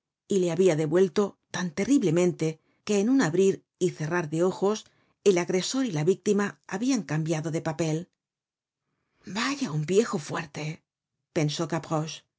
y le habia devuelto tan terriblemente que en un abrir y cerrar de ojos el agresor y la víctima habian cambiado de papel vaya un viejo fuerte pensó